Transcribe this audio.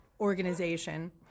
organization